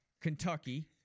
Kentucky